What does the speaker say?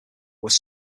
was